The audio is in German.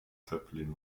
zeppelin